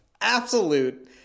absolute